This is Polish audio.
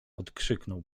odkrzyknął